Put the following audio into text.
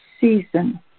season